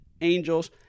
Angels